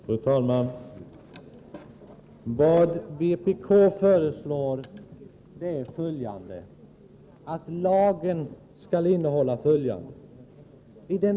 Fru talman! Vpk föreslår en ändring av lagtexten.